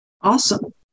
awesome